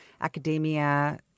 academia